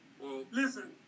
Listen